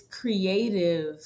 creative